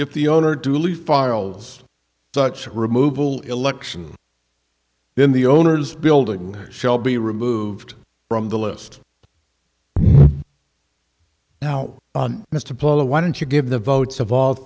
if the owner duly files such removal election then the owner's building shall be removed from the list now mr plummer why don't you give the votes of all